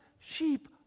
sheep